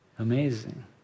Amazing